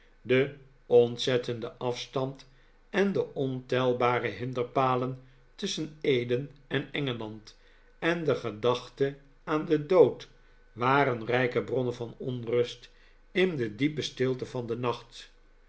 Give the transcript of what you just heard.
de ontzettende afstand en de ontelbare hinderpalen tusschen eden en engeland en de gedachte aan den dood waren rijke bronnen van onrust in de diepe stilte van den nacht